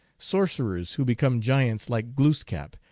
sorcerers who become giants like glooskap,